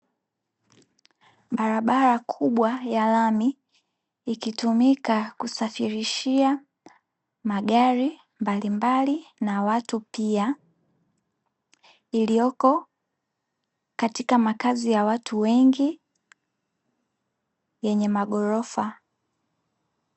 Barbara kubwa ya lami, ikitumika kusafirishia magari mbalimbali na watu pia iliyoko katika makazi ya watu wengi wenye maghorofa.